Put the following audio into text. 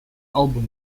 album